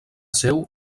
seu